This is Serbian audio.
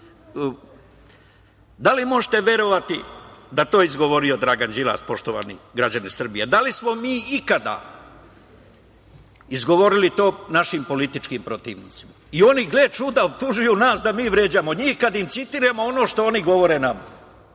Da li možete verovati da je to izgovorio Dragan Đilas, poštovani građani Srbije? Da li smo mi ikada izgovorili to našim političkim protivnicima? I oni, gle čuda, optužuju nas da mi vređamo njih, kada im citiramo ono što oni govore nama.